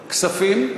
כספים.